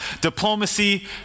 Diplomacy